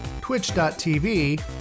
twitch.tv